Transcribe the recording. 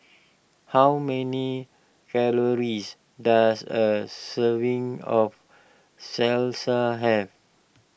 how many calories does a serving of Salsa have